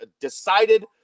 decided